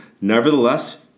Nevertheless